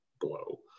blow